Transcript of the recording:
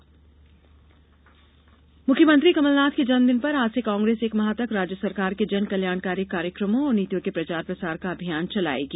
कांग्रेस अभियान मुख्यमंत्री कमलनाथ के जन्मदिन पर आज से कांग्रेस एक माह तक राज्य सरकार के जन कल्याणकारी कार्यक्रमों और नीतियों के प्रचार प्रसार का अभियान चलायेगी